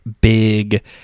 big